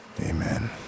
Amen